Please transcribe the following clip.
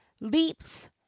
leaps